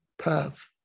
path